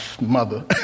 mother